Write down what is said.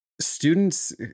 students